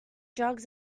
drugs